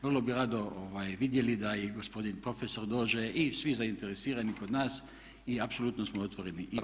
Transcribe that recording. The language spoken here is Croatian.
Vrlo bi rado vidjeli da i gospodin profesor dođe i svi zainteresirani kod nas i apsolutno smo otvoreni.